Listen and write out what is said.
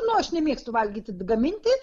nors nemėgstu valgyti gaminti